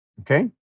okay